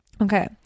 Okay